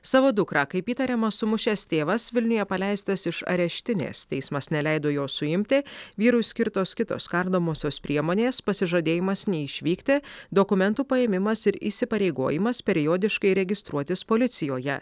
savo dukrą kaip įtariama sumušęs tėvas vilniuje paleistas iš areštinės teismas neleido jo suimti vyrui skirtos kitos kardomosios priemonės pasižadėjimas neišvykti dokumentų paėmimas ir įsipareigojimas periodiškai registruotis policijoje